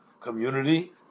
community